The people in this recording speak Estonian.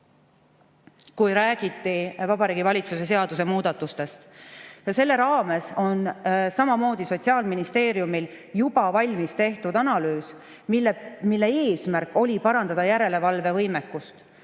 kui räägiti Vabariigi Valitsuse seaduse muudatustest, on samamoodi Sotsiaalministeeriumil juba valmis tehtud analüüs, mille eesmärk on parandada järelevalvevõimekust,